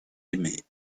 aimé